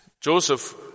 Joseph